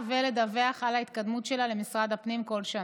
ולדווח על ההתקדמות שלה למשרד הפנים כל שנה.